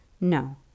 No